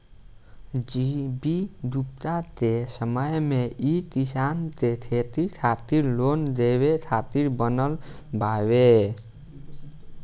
G V Gupta के समय मे ई किसान के खेती खातिर लोन देवे खातिर बनल बावे